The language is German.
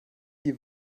die